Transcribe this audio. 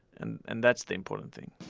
and and that's the important thing